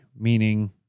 meaning